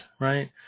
right